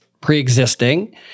pre-existing